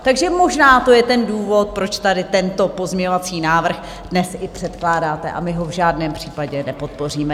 Takže možná to je ten důvod, proč tady tento pozměňovací návrh dnes i předkládáte a my ho v žádném případě nepodpoříme.